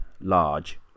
large